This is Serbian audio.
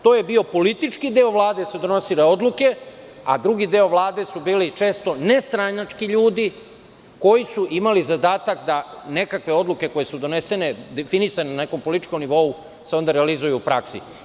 To je bio politički deo Vlade, jer su donosili odluke, a drugi deo Vlade su bili često nestranački ljudi koji su imali zadatak da nekakve odluke koje su definisane na nekom političkom nivou se onda realizuju u praksi.